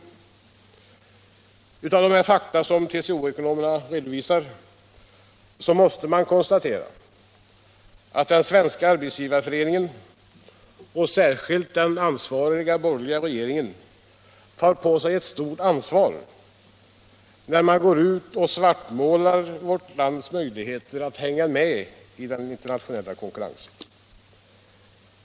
På grund av de fakta som de båda TCO-ekonomerna redovisar måste man konstatera att Svenska arbetsgivareföreningen och särskilt den ansvariga borgerliga regeringen tar på sig ett stort ansvar när man går ut och svartmålar vårt lands möjligheter att hänga med i den internationella konkurrensen.